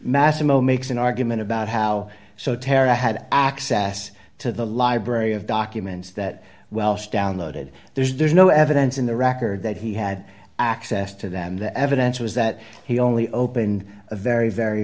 massimo makes an argument about how so terra had access to the library of documents that welsh downloaded there's no evidence in the record that he had access to them the evidence was that he only opened a very very